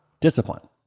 discipline